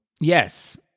Yes